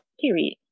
period